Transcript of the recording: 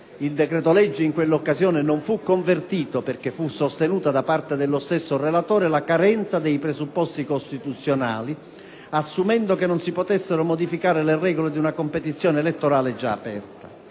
Il decreto-legge, in quell'occasione, non fu convertito perché fu sostenuta, da parte dello stesso relatore, la carenza dei presupposti costituzionali, assumendo che non si potessero modificare le regole di una competizione elettorale già aperta.